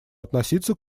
относиться